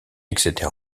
etc